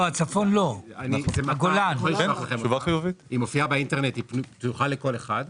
היא מופיעה באינטרנט, פתוחה לכל אחד,